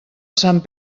sant